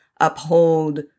uphold